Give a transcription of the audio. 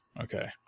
Okay